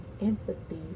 empathy